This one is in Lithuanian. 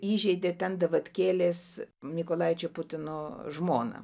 įžeidė ten davatkėlės mykolaičio putino žmoną